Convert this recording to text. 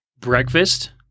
Breakfast